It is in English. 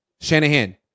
Shanahan